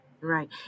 Right